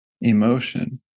emotion